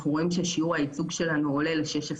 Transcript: אנחנו רואים ששיעור הייצוג שלנו עולה ל- 16%,